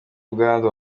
ubwandu